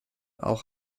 auch